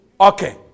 Okay